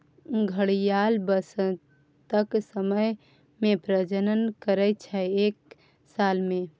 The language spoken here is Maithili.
घड़ियाल बसंतक समय मे प्रजनन करय छै एक साल मे